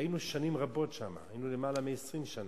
היינו שם שנים רבות, היינו למעלה מ-20 שנה.